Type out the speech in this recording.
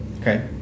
Okay